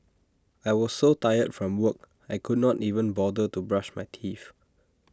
I was so tired from work I could not even bother to brush my teeth